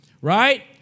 right